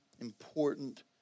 important